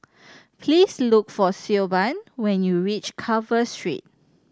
please look for Siobhan when you reach Carver Street